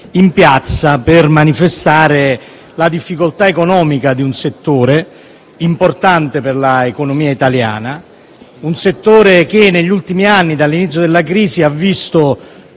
in piazza per manifestare la difficoltà economica di un settore importante per l'economia italiana. Un settore che negli ultimi anni, dall'inizio della crisi, ha visto